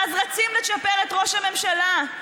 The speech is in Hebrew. ואז רצים לצ'פר את ראש הממשלה,